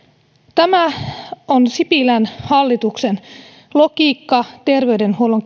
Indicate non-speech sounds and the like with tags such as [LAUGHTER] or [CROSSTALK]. tämä on sipilän hallituksen logiikka terveydenhuollon [UNINTELLIGIBLE]